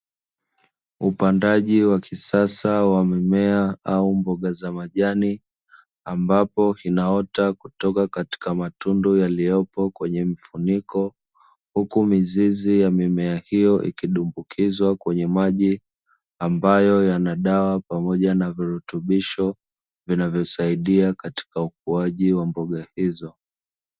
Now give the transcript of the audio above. Upandaji wa kisasa wamemea au mboga za majani, ambapo inaota kutoka katika matundu yaliyopo kwenye mfuniko, huku mizizi ya mimea hiyo ikidumbukizwa kwenye maji ambayo yana dawa pamoja na virutubisho vinavyosaidia katika ukuaji wa mboga hizo.